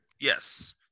Yes